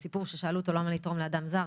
כששאלו אותו למה לתרום לאדם זר,